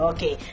Okay